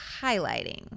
highlighting